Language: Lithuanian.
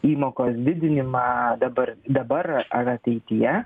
įmokos didinimą dabar dabar ar ateityje